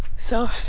so,